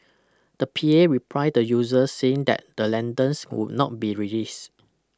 the P A replied the users saying that the lanterns would not be released